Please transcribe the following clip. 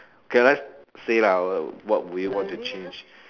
okay let's say lah what will you want to change